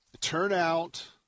turnout